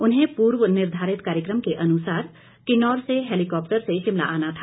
उन्हें पूर्व निर्घारित कार्यकम के अनुसार किन्नौर से हैलीकॉप्टर से शिमला आना था